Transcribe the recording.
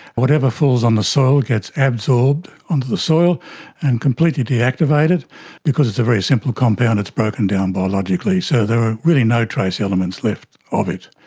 whatever falls on the soil gets absorbed onto the soil and completely deactivated because it's a very simple compound, it's broken down biologically, so there are really no trace elements left of it.